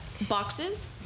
Boxes